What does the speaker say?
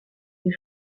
des